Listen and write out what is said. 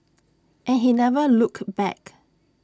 and he never looked back